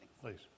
Please